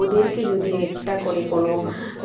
ওদেরকে যদি একটা করে কোনো